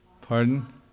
Pardon